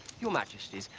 your majesties,